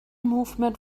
movement